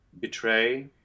betray